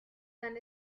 san